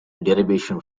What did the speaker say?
derivation